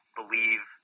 believe